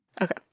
Okay